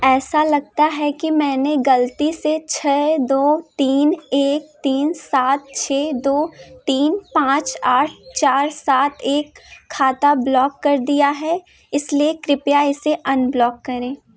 ऐसा लगता है कि मैंने गलती से छः दो तीन एक तीन सात छः दो तीन पाँच आठ चार सात एक खाता ब्लॉक कर दिया है इसलिए कृपया इसे अनब्लॉक करें